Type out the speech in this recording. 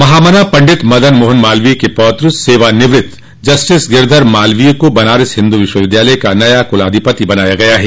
महामना पंडित मदन मोहन मालवीय के पौत्र सेवानिवृत जस्टिस गिरधर मालवीय को बनारस हिन्दू विश्वविद्यालय का नया कुलाधिपति बनाया गया है